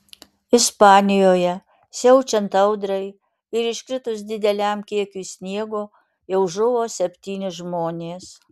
ispanijoje siaučiant audrai ir iškritus dideliam kiekiui sniego jau žuvo septyni žmonės